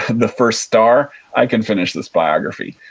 the first star, i can finish this biography.